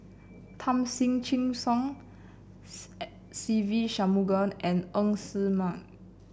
Tom Chin Siong Se Ve Shanmugam and Ng Ser Miang